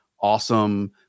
awesome